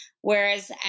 whereas